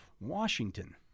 Washington